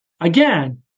again